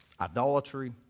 idolatry